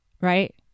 right